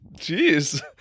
Jeez